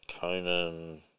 Conan